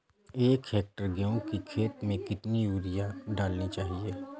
एक हेक्टेयर गेहूँ की खेत में कितनी यूरिया डालनी चाहिए?